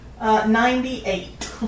Ninety-eight